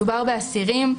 מדובר באסירים,